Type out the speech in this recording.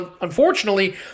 unfortunately